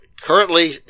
Currently